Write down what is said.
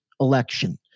election